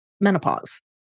menopause